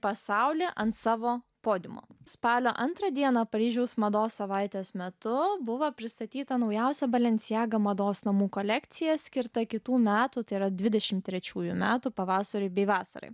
pasaulį ant savo podiumo spalio antrą dieną paryžiaus mados savaitės metu buvo pristatyta naujausia balenciaga mados namų kolekcija skirta kitų metų tai yra dvidešimt trečiųjų metų pavasariui bei vasarai